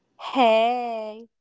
Hey